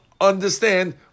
understand